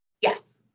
Yes